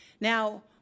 Now